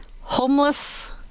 homeless